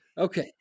Okay